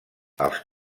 els